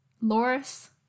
Loris